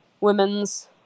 women's